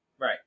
Right